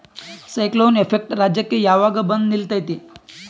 Cyclone effect ರಾಜ್ಯಕ್ಕೆ ಯಾವಾಗ ಬಂದ ನಿಲ್ಲತೈತಿ?